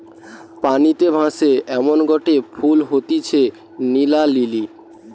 পানিতে ভাসে এমনগটে ফুল হতিছে নীলা লিলি